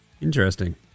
Interesting